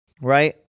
right